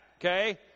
okay